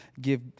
give